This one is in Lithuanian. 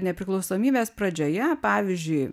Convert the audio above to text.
nepriklausomybės pradžioje pavyzdžiui